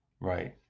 Right